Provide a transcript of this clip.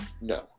No